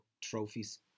trophies